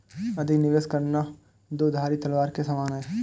अधिक निवेश करना दो धारी तलवार के समान है